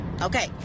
Okay